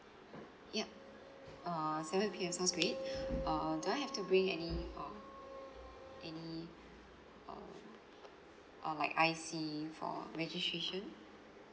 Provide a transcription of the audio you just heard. yup err seven P_M sounds great err do I have to bring any um any um uh like I_C for registration